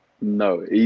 No